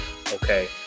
Okay